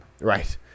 Right